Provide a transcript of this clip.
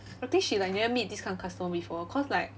I think she like never meet this kind of customer before cause like